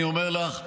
אני אומר לך,